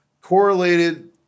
correlated